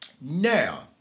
Now